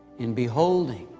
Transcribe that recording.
in beholding,